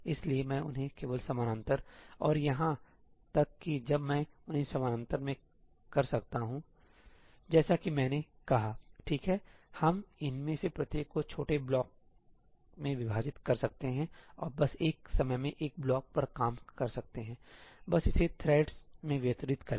इसलिए मैं उन्हें केवल समानांतर और यहां तक कि जब मैं उन्हें समानांतर में कर सकता हूं सही जैसा कि मैंने कहा ठीक है हम इनमें से प्रत्येक को छोटे ब्लॉकों में विभाजित कर सकते हैं और बस एक समय में एक ब्लॉक पर काम कर सकते हैं बस इसे थ्रेड्स में वितरित करें